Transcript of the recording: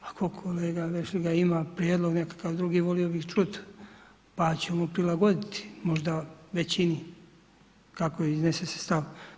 Ako kolega Vešligaj ima prijedlog nekakav drugi, volio bih čuti, pa ćemo prilagoditi možda većini, kako se iznese stav.